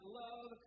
love